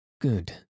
Good